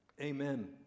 Amen